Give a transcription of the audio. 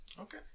okay